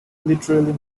literally